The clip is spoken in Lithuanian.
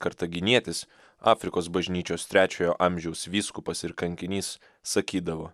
kartaginietis afrikos bažnyčios trečiojo amžiaus vyskupas ir kankinys sakydavo